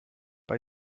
bei